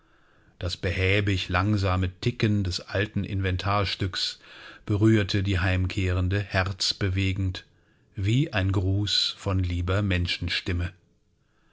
das behäbig langsame ticken des alten inventarstückes berührte die heimkehrende herzbewegend wie ein gruß von lieber